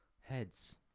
heads